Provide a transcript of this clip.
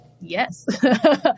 yes